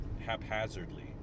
haphazardly